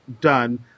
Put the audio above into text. done